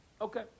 Okay